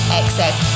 excess